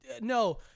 No